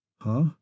Huh